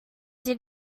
did